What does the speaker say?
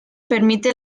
permite